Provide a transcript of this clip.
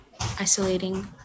isolating